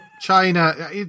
China